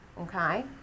Okay